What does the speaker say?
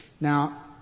Now